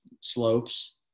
Slopes